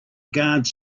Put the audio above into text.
guards